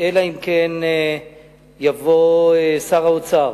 אלא אם כן יבוא שר האוצר,